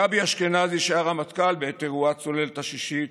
גבי אשכנזי, שהיה רמטכ"ל בעת אירוע הצוללת השישית,